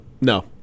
No